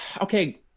Okay